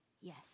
yes